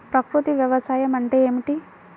ప్రకృతి వ్యవసాయం అంటే ఏమిటి?